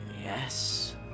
yes